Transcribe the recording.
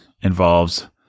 involves